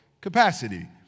capacity